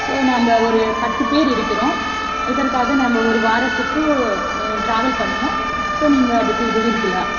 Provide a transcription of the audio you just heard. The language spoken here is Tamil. ஸோ நம்ம ஒரு பத்து பேர் இருக்கிறோம் இதற்காக நம்ம ஒரு வாரத்துக்கு ட்ராவல் பண்ணணும் ஸோ நீங்கள் அதற்கு உதவுகிறீகளா